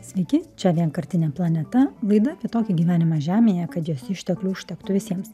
sveiki čia vienkartinė planeta laida apie tokį gyvenimą žemėje kad jos išteklių užtektų visiems